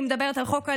אני מדברת על חוק הלאום,